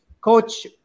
Coach